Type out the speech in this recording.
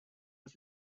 was